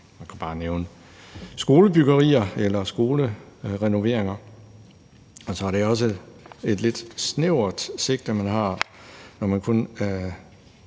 Jeg kan bare nævne skolebyggerier eller skolerenoveringer. Og så er det også et lidt snævert sigte, man har, når man kun